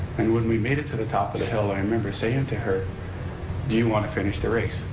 and when we made it to the top of the hill, i remember saying and to her, do you want to finish the race?